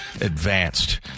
advanced